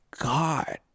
God